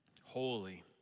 holy